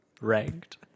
ranked